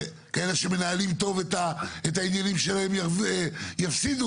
שכאלה שמנהלים טוב את העניינים שלהם יפסידו,